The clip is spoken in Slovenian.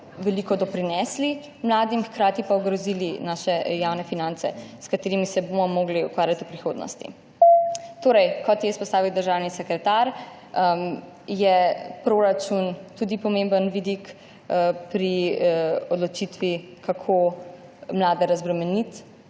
veliko doprinesli mladim, hkrati pa ogrozili naše javne finance, s katerimi se bomo morali ukvarjati v prihodnosti. Kot je izpostavil državni sekretar, je proračun tudi pomemben vidik pri odločitvi, kako razbremeniti